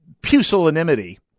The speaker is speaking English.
pusillanimity